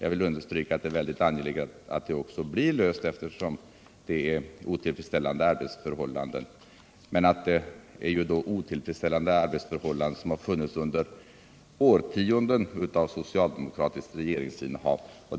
Jag vill underdena för sophämt stryka att det är angeläget att de verkligen blir lösta, eftersom arbetsför — ningspersonal hållandena är otillfredsställande. Dessa otillfredsställande förhållanden har emellertid funnits under årtionden av socialdemokratiskt regerings innehav.